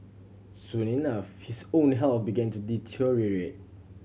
soon enough his own health began to deteriorate